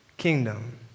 Kingdom